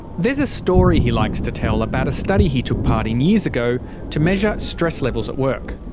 there's a story he likes to tell about a study he took part in years ago to measure stress levels at work.